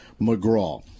McGraw